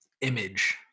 image